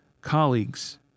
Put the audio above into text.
Colleagues